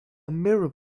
mirror